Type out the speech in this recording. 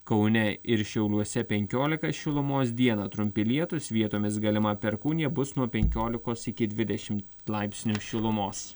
kaune ir šiauliuose penkiolika šilumos dieną trumpi lietūs vietomis galima perkūnija bus nuo penkiolikos iki dvidešimt laipsnių šilumos